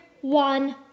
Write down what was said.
one